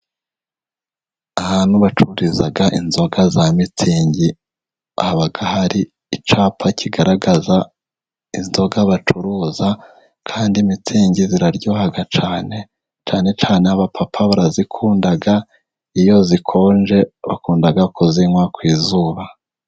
Ahantu bacururiza inzoga za mitsingi haba hari icyapa kigaragaza inzoga bacuruza, kandi mitsingi ziraryoha cyane, cyane cyane abapapa barazikunda iyo zikonje, bakunda kuzinywa ku izuba.